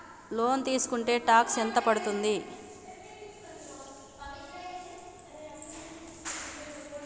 Loan తీస్కుంటే tax ఎంత పడ్తుంది?